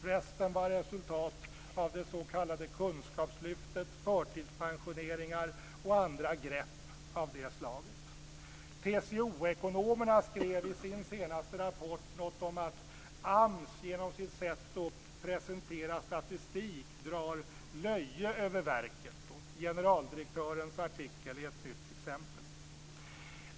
Resten var resultat av det s.k. kunskapslyftet, förtidspensioneringar och andra grepp av det slaget. TCO-ekonomerna skrev i sin senaste rapport något om att AMS genom sitt sätt att presentera statistik drar löje över verket, och generaldirektörens artikel är ett nytt exempel.